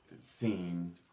scene